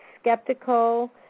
skeptical